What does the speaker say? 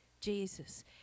Jesus